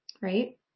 right